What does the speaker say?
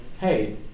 hey